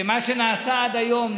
שמה שנעשה עד היום,